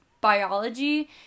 biology